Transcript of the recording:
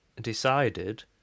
decided